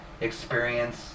experience